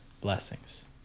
Blessings